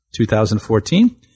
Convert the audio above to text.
2014